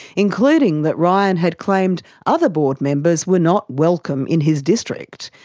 including that ryan had claimed other board members were not welcome in his district.